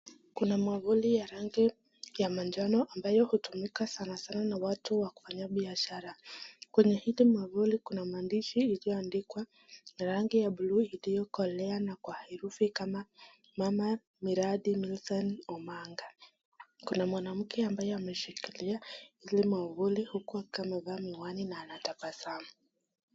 Kuna mwavuli ya rangi ya manjano ambayo hutumika sana sana na watu wa kufanya biashara. Kwenye hili mwavuli kuna maandishi iliyoandikwa na rangi ya buluu iliyokolea na kwa herufi kama mama miradi Milicent Omanga. Kuna mwanamke ambaye aliyeshikilia ile mwavuli huku akiwa amevaa miwani na anatabasamu.